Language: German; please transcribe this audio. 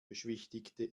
beschwichtigte